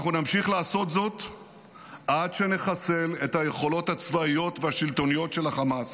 אנחנו נמשיך לעשות זאת עד שנחסל את היכולות הצבאיות והשלטוניות של חמאס,